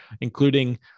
including